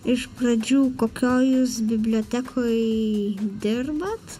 iš pradžių kokioj jūs bibliotekoj dirbat